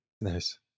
Nice